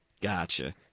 Gotcha